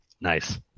Nice